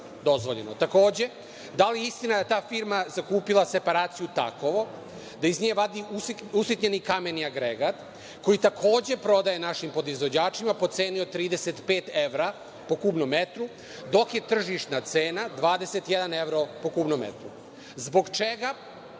da li je istina da je ta firma zakupila separaciju „Takovo“, da iz nje vadi usitnjeni kamen i agregat, koji takođe prodaje našim podizvođačima po ceni od 35 evra po kubnom metru, dok je tržišna cena 21 evro po kubnom metru? Zbog čega